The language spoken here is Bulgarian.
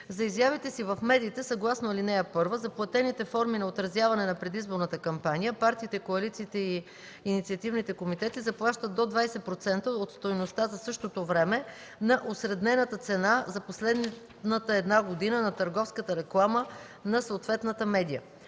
„За изявите си в медиите, съгласно ал. 1, за платените форми на отразяване на предизборната кампания, партиите, коалициите и инициативните комитети заплащат до 20% от стойността за същото време на усреднената цена за последната една година на търговската реклама на съответната медия”.